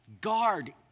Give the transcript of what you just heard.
guard